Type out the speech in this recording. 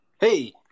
hey